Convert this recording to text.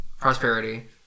prosperity